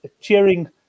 cheering